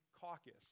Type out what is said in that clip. caucus